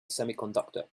semiconductor